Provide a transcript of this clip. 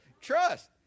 Trust